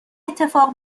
اتفاق